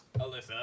Alyssa